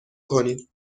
کنیم